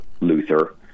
Luther